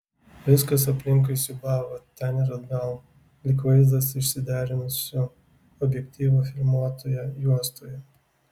viskas aplinkui siūbavo ten ir atgal lyg vaizdas išsiderinusiu objektyvu filmuotoje juostoje